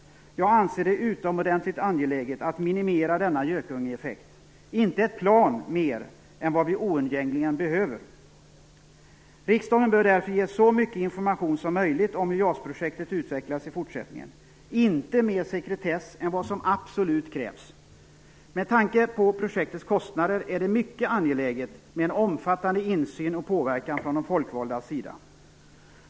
Jag anser det utomordentligt angeläget att minimera denna gökungeeffekt - inte ett plan mer än vad vi oundgängligen behöver! Riksdagen bör därför ges så mycket information som möjligt om hur JAS-projektet utvecklas i fortsättningen. Det får inte vara mer sekretess än vad som absolut krävs. Med tanke på projektets kostnader är det mycket angeläget med en omfattande insyn och påverkan från de folkvalda.